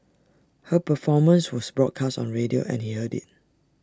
her performance was broadcast on radio and he heard IT